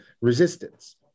resistance